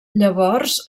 llavors